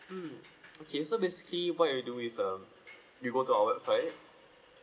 mm okay so basically what you do is um you go to our website